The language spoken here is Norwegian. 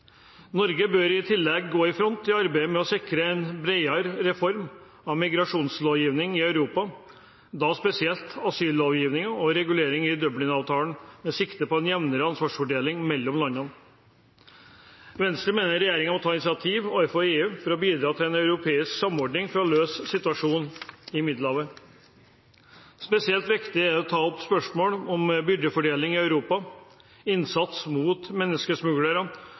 Norge bør i tillegg gå i front i arbeidet med å sikre en bredere reform av migrasjonslovgivningen i Europa, da spesielt asyllovgivningen, og en regulering av Dublin-avtalen, med sikte på en jevnere ansvarsfordeling mellom landene. Venstre mener regjeringen må ta initiativ overfor EU for å bidra til en europeisk samordning for å løse situasjonen i Middelhavet. Spesielt viktig er det å ta opp spørsmål om byrdefordeling i Europa, innsats mot menneskesmuglere